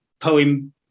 poem